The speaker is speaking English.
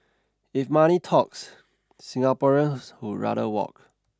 if money talks Singaporeans would rather walk